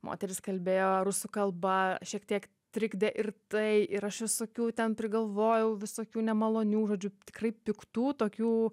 moteris kalbėjo rusų kalba šiek tiek trikdė ir tai ir aš visokių ten prigalvojau visokių nemalonių žodžių tikrai piktų tokių